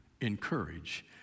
Encourage